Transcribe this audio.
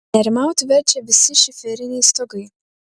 nerimauti verčia visi šiferiniai stogai